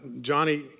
Johnny